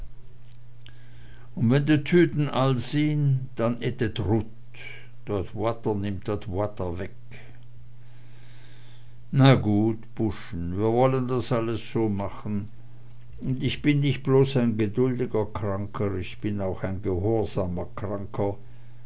un wenn de tüten all sinn denn is et rut dat woater nimmt dat woater weg na gut buschen wir wollen das alles so machen und ich bin nicht bloß ein geduldiger kranker ich bin auch ein gehorsamer kranker